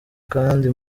kandi